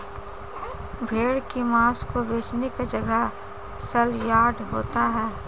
भेड़ की मांस को बेचने का जगह सलयार्ड होता है